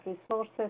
resources